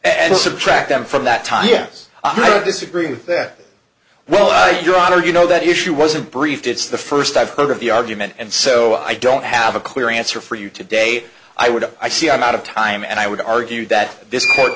and subtract them from that time yes i disagree with that well your honor you know that issue wasn't briefed it's the first i've heard of the argument and so i don't have a clear answer for you today i would i see i'm out of time and i would argue that this court